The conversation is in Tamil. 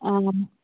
ஆமாம்